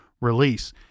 release